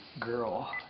girl